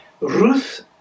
Ruth